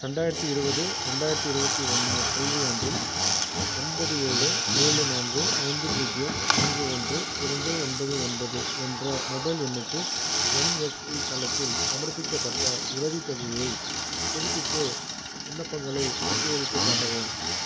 ரெண்டாயிரத்தி இருபது ரெண்டாயிரத்தி இருபத்தி ஒன்று கல்வியாண்டில் ஒன்பது ஏழு ஏழு நான்கு ஐந்து பூஜ்ஜியம் நான்கு ஒன்று இரண்டு ஒன்பது ஒன்பது என்ற மொபைல் எண்ணுக்கு என்எஸ்பி தளத்தில் சமர்ப்பிக்கப்பட்ட உதவித்தொகையை புதுப்பிப்பு விண்ணப்பங்களைப் பட்டியலிட்டுக் காட்டவும்